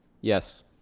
yes